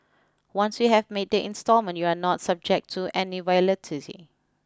once you have made the instalment you are not subject to any volatility